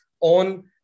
on